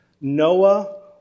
Noah